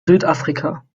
südafrika